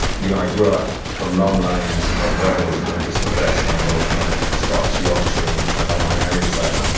you know i grew up from long lines of rebels in the dispossessed on both my scots yorkshire and and on my irish side.